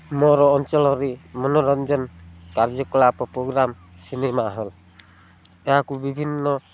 ମୋର ଅଞ୍ଚଳରେ ମନୋରଞ୍ଜନ କାର୍ଯ୍ୟକଳାପ ପ୍ରୋଗ୍ରାମ୍ ସିନେମା ହଲ୍ ଏହାକୁ ବିଭିନ୍ନ